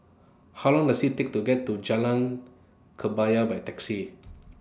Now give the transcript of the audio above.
How Long Does IT Take to get to Jalan Kebaya By Taxi